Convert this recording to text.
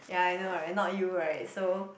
ya I know right not you right so